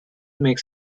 makes